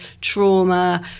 trauma